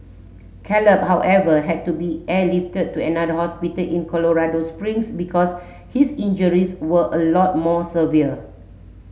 Caleb however had to be airlifted to another hospital in Colorado Springs because his injuries were a lot more severe